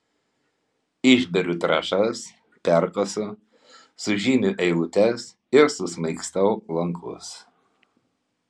išberiu trąšas perkasu sužymiu eilutes ir susmaigstau lankus